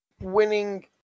Winning